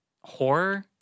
horror